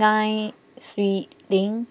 Nai Swee Leng